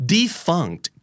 Defunct